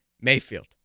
Mayfield